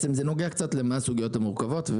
זה נוגע קצת למה הסוגיות המורכבות,